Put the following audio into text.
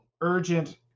urgent